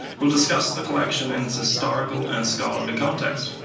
will discuss the collection in its historical and scholarly context.